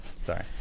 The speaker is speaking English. sorry